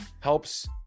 helps